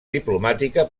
diplomàtica